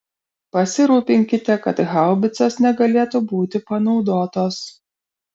pasirūpinkite kad haubicos negalėtų būti panaudotos